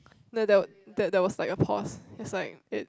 no that that that was like a pause it's like it